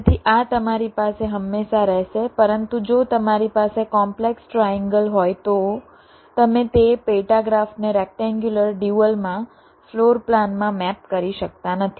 તેથી આ તમારી પાસે હંમેશા રહેશે પરંતુ જો તમારી પાસે કોમ્પલેક્સ ટ્રાએન્ગલ હોય તો તમે તે પેટા ગ્રાફને રેક્ટેન્ગ્યુલર ડ્યુઅલમાં ફ્લોર પ્લાનમાં મેપ કરી શકતા નથી